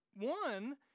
one